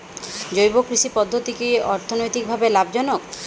জৈব কৃষি পদ্ধতি কি অর্থনৈতিকভাবে লাভজনক?